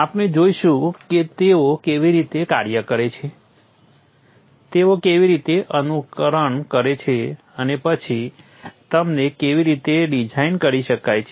આપણે જોઈશું કે તેઓ કેવી રીતે કાર્ય કરે છે તેઓ કેવી રીતે અનુકરણ કરે છે અને પછી તેમને કેવી રીતે ડિઝાઇન કરી શકાય છે